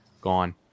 gone